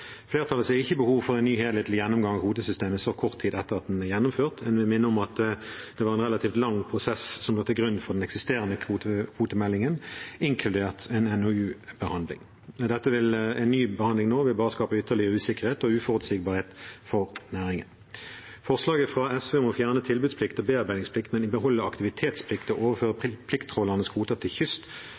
Flertallet ser ikke behov for en ny helhetlig gjennomgang av kvotesystemet så kort tid etter at det er gjennomført. Jeg vil minne om at det var en relativt lang prosess som lå til grunn for den eksisterende kvotemeldingen, inkludert en NOU-behandling. En ny behandling nå vil bare skape ytterligere usikkerhet og uforutsigbarhet for næringen. Forslaget fra SV om å fjerne tilbudsplikt og bearbeidingsplikt, men beholde aktivitetsplikt og overføre plikttrålernes kvoter til kyst,